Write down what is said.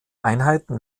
einheiten